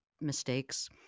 Mistakes